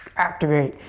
activate!